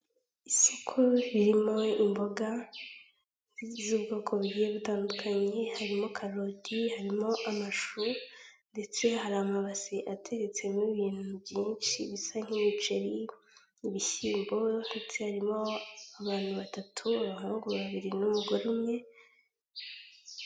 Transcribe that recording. Isoko ririmo imboga z'ubwoko bugiye butandukanye, harimo karoti, harimo amashu ndetse hari amabase ateretsemo ibintu byinshi bisa nk'imiceri, ibishyimbo ndetse harimo abantu batatu, abahungu babiri n'umugore umwe.